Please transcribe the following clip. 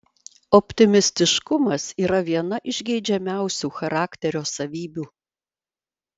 optimistiškumas yra viena iš geidžiamiausių charakterio savybių